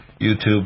YouTube